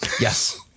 Yes